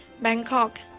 Bangkok